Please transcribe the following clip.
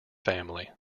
family